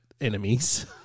enemies